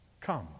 come